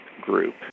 group